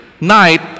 night